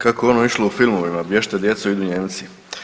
Kako je ono išlo u filmovima, bjež'te djeco, idu Nijemci.